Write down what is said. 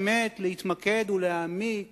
אי-אפשר באמת להתמקד ולהעמיק